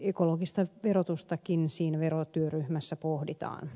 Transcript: ekologista verotustakin siinä verotyöryhmässä pohditaan